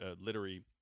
literary